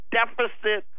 deficit